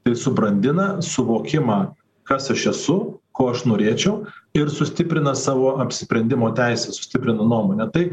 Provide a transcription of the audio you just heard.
ir subrandina suvokimą kas aš esu ko aš norėčiau ir sustiprina savo apsisprendimo teisę sustiprino nuomonę tai